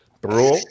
bro